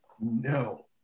No